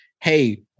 hey